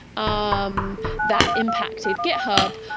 um that impacted github.